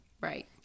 Right